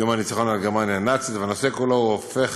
יום הניצחון על גרמניה הנאצית, והנושא כולו הופך